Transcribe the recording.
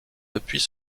depuis